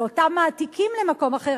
אותם מעתיקים למקום אחר,